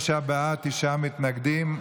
35 בעד, תשעה מתנגדים.